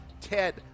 Ted